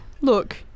look